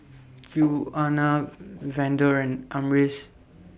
Quiana Vander and Amaris